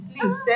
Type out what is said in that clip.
please